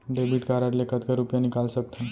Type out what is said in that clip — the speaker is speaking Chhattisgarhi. डेबिट कारड ले कतका रुपिया निकाल सकथन?